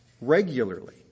regularly